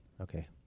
Okay